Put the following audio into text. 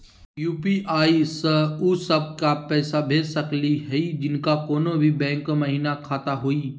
UPI स उ सब क पैसा भेज सकली हई जिनका कोनो भी बैंको महिना खाता हई?